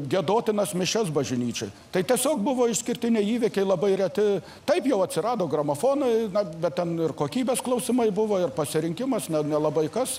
giedotines mišias bažnyčioj tai tiesiog buvo išskirtiniai įvykiai labai reti taip jau atsirado gramofonai bet ten ir kokybės klausimai buvo ir pasirinkimas na nelabai kas